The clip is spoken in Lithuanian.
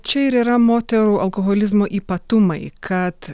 čia ir yra moterų alkoholizmo ypatumai kad